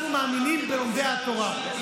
אנחנו מאמינים בלומדי התודה.